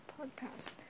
Podcast